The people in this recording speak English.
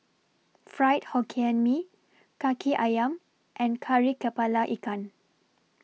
Fried Hokkien Mee Kaki Ayam and Kari Kepala Ikan